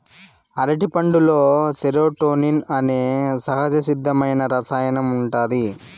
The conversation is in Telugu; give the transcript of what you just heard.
అరటిపండులో సెరోటోనిన్ అనే సహజసిద్ధమైన రసాయనం ఉంటాది